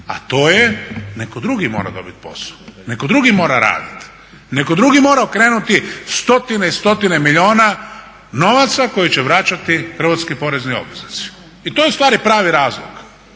a to je netko drugi mora dobiti posao, netko drugi mora raditi, netko drugi mora okrenuti stotine i stotine milijuna novaca koji će vraćati hrvatski porezni obveznici. I to je ustvari pravi razlog.